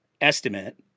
estimate